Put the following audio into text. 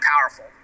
powerful